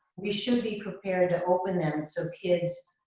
we should be prepared to open them. so kids,